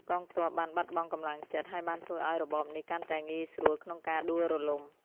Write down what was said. កងទ័ពបានបាត់បង់កម្លាំងចិត្ដ ហើយបានធ្វើឲ្យរបបនេះកាន់តែងាយស្រួលក្នុងការដួលរលំ។